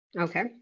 Okay